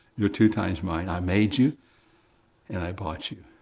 you're two times mine. i made you and i bought you.